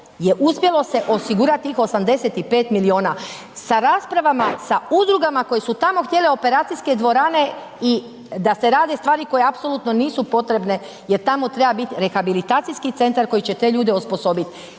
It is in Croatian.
je uspjelo se osigurati tih 85 milijuna. Sa raspravama, sa udrugama koje su tamo htjele operacijske dvorane i da se rade stvari koje apsolutno nisu potrebne jer tamo treba biti rehabilitacijski centar koji će te ljude osposobiti.